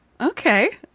Okay